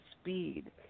speed